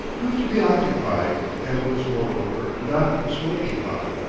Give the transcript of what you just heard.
proved to be occupied, and was, moreover, not a smoking-car.